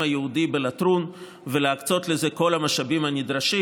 היהודי בלטרון ולהקצות לזה את כל המשאבים הנדרשים,